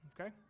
okay